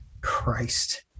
Christ